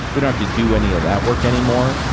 we have to do any of that work anymore.